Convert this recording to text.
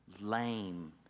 lame